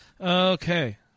Okay